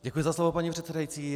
Děkuji za slovo, paní předsedající.